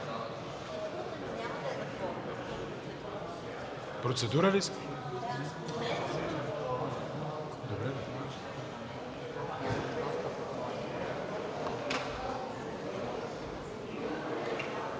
Процедура ли искате?